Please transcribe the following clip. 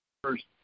First